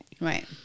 Right